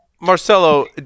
Marcelo